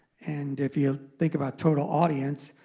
and if you think about total audience,